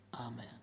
amen